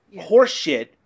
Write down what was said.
horseshit